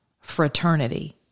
fraternity